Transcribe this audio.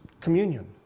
communion